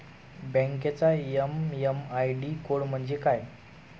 बँकेचा M M I D code म्हणजे काय?